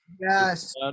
Yes